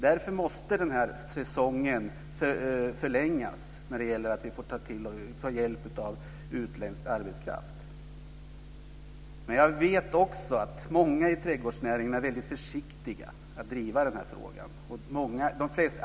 Därför måste den här säsongen förlängas då vi också kan ta hjälp av utländsk arbetskraft. Jag vet också att många i trädgårdsnäringen är väldigt försiktiga med att driva den här frågan.